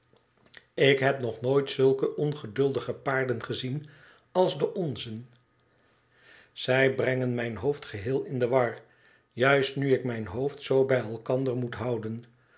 ik heb nog nooit zulke ongeduldige paarden gezien als de onze zij brengen mijn hoofd geheel in de war juist nu ik mijn hoofd zoo bij elkander moet houden